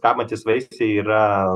kabantys vaisiai yra